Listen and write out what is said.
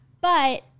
But-